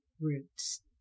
roots